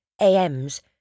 AMs